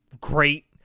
great